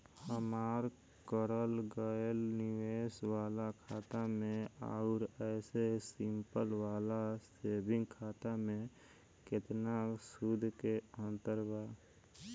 हमार करल गएल निवेश वाला खाता मे आउर ऐसे सिंपल वाला सेविंग खाता मे केतना सूद के अंतर बा?